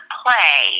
play